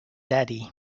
daddy